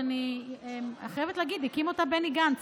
שאני חייבת הגיד שהקים אותה בני גנץ,